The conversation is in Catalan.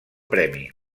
premi